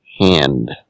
hand